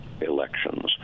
elections